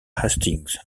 hastings